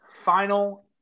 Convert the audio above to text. Final